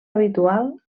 habitual